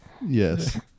Yes